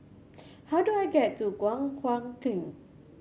how do I get to Guan Huat Kiln